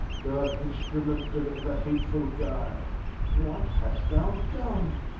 dark instrument of ever-hateful guile what hast thou done?